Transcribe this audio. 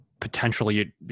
potentially